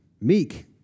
Meek